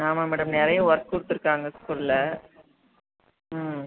ஆமாம் மேடம் நிறைய ஒர்க் கொடுத்துருக்காங்க ஸ்கூலில் ம்